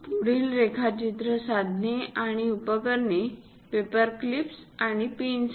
पुढील रेखाचित्र साधने आणि उपकरणे पेपर क्लिप्स आणि पिन्स आहेत